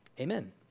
amen